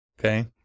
Okay